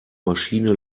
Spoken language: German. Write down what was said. maschine